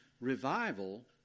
revival